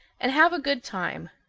and have a good time.